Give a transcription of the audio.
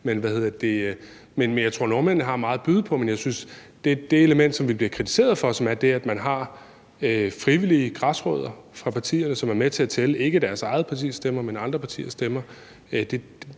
Men jeg tror, nordmændene har meget at byde på. Men jeg synes, det element, som vi bliver kritiseret for, nemlig det, at man har frivillige græsrødder fra partierne, som er med til at tælle – ikke deres eget partis stemmer, men andre partiers stemmer